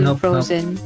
frozen